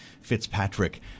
Fitzpatrick